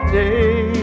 day